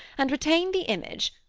and retain the image,